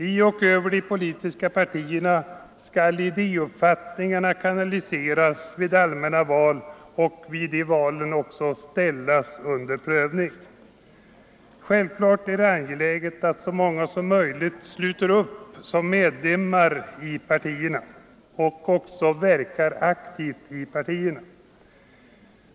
I och över de politiska partierna skall idéuppfattningar kanaliseras och vid allmänna val ställas under prövning. Det är självfallet angeläget att så många som möjligt sluter upp som medlemmar i partierna och också verkar aktivt i dessa.